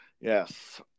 Yes